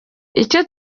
icyo